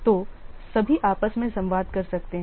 तो सभी आपस में संवाद कर सकते हैं